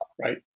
right